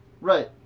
Right